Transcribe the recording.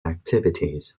activities